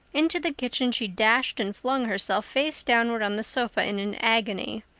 into the kitchen she dashed and flung herself face downward on the sofa in an agony.